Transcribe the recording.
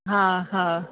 हा हा